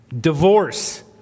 divorce